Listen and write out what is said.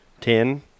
ten